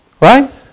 right